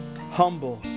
humble